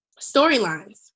storylines